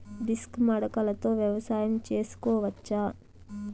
Disc మడకలతో వ్యవసాయం చేసుకోవచ్చా??